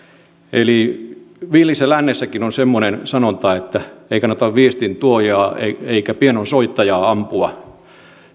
villissä lännessäkin oli semmoinen sanonta että ei kannata viestintuojaa eikä pianonsoittajaa ampua